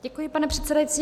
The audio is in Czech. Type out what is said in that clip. Děkuji, pane předsedající.